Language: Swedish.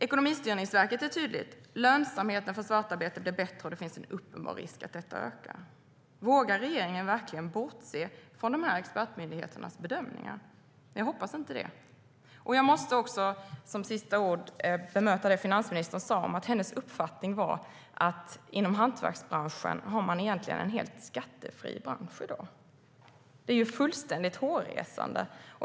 Ekonomistyrningsverket är tydligt: Lönsamheten för svartarbete blir bättre, och det finns en uppenbar risk att detta ökar. Vågar regeringen verkligen bortse från de här expertmyndigheternas bedömningar? Jag hoppas inte det. Jag måste också, som mina sista ord, bemöta det finansministern sa om att hennes uppfattning är att hantverksbranschen egentligen är en helt skattefri bransch i dag. Det är ju fullständigt hårresande.